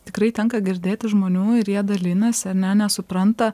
tikrai tenka girdėti žmonių ir jie dalinasi ane nesupranta